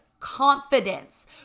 Confidence